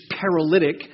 paralytic